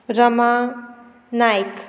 Rama Naik